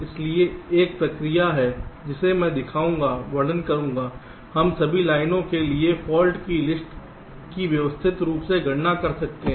इसलिए एक प्रक्रिया है जिसे मैं दिखाऊंगा वर्णन करूंगा हम सभी लाइनों के लिए फाल्ट की लिस्ट की व्यवस्थित रूप से गणना कर सकते हैं